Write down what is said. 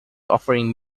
offering